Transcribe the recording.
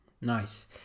nice